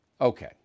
Okay